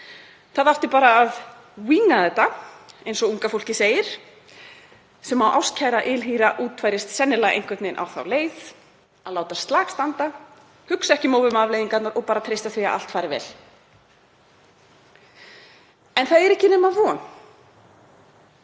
Það átti bara að „winga“ þetta, eins og unga fólkið segir, sem á ástkæra ylhýra útfærist sennilega einhvern veginn á þá leið að láta slag standa, hugsa ekki um of um afleiðingarnar og bara treysta því að allt fari vel. Það er ekki nema von